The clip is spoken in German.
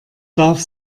darf